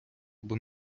або